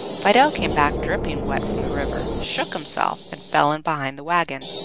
fidel came back dripping wet from the river, shook himself, and fell in behind the wagon.